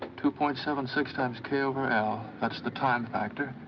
two point seven six times k over l. that's the time factor.